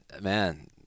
man